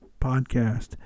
podcast